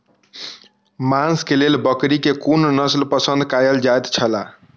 मांस के लेल बकरी के कुन नस्ल पसंद कायल जायत छला?